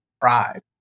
pride